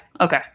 Okay